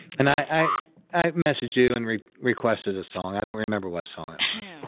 and i i messaged you and requested a song. i don't remember what song it was,